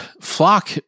Flock